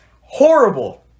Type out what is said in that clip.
horrible